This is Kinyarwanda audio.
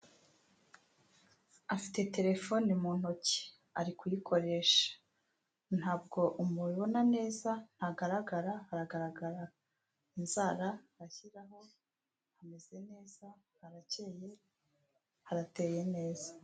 Afite telefoni mu ntoki, ari kuyikoresha, ntabwo umubona neza, ntagaragara, haragaragara inzara ashyiraho, ameze neza, arakeye, harateye neza.